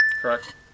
Correct